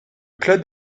club